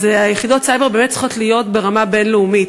יחידות הסייבר באמת צריכות להיות ברמה בין-לאומית,